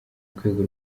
rwego